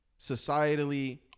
societally